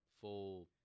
full